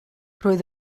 roedd